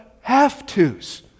have-tos